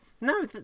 No